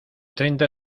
treinta